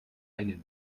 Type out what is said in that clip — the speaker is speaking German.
eine